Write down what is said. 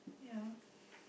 ya